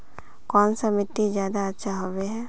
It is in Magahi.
कौन सा मिट्टी ज्यादा अच्छा होबे है?